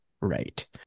right